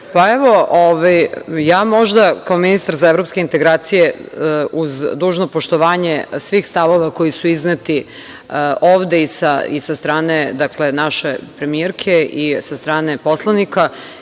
evo, ja možda, kao ministar za evropske integracije uz dužno poštovanje svih stavova koji su izneti ovde i sa strane naše premijerke i sa strane poslanika. Imam